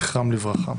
זכרם לברכה.